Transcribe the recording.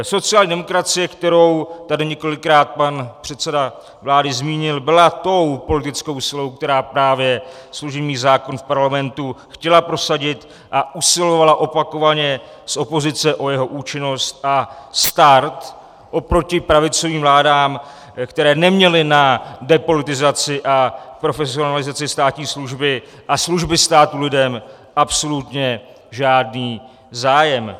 Sociální demokracie, kterou tady několikrát pan předseda vlády zmínil, byla tou politickou silou, která právě služební zákon v Parlamentu chtěla prosadit a usilovala opakovaně z opozice o jeho účinnost a start oproti pravicovým vládám, které neměly na depolitizaci a profesionalizaci státní služby a služby státu lidem absolutně žádný zájem.